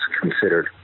considered